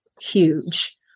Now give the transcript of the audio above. huge